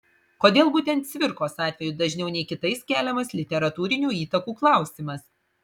kodėl būtent cvirkos atveju dažniau nei kitais keliamas literatūrinių įtakų klausimas